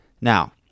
Now